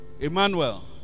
Emmanuel